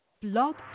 Blog